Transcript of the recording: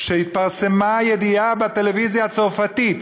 שהתפרסמה ידיעה בטלוויזיה הצרפתית: